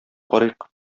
карыйк